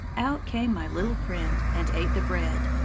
out came my little friend and ate the bread.